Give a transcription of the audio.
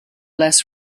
less